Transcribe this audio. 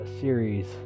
series